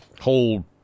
whole